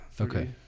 okay